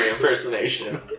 impersonation